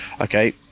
Okay